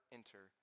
enter